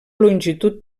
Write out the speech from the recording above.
longitud